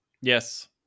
Yes